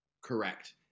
Correct